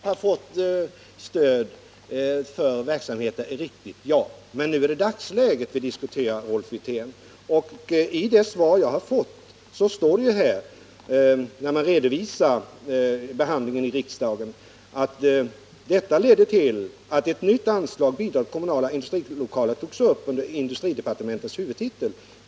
Herr talman! Att Uppvidinge kommun under årens lopp fått stöd för verksamheten är riktigt. Men nu är det dagsläget vi diskuterar, Rolf Wirtén. I det svar jag fått står det som redovisning av behandlingen i riksdagen: ”Detta ledde till att ett nytt anslag, Bidrag till kommunala industrilokaler, togs upp under industridepartementets huvudtitel.